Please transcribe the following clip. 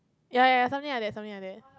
ya ya something like that something like that